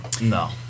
No